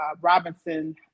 Robinson